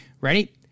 Ready